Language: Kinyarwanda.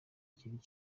kiriya